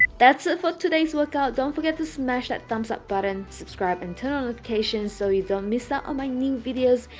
that's the for today's workout don't forget to smash that thumbs up button subscribe and turn on notifications so you don't miss out ah on my new videos,